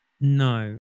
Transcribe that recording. No